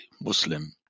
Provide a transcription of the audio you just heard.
Muslim